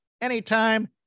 anytime